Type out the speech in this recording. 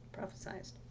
prophesized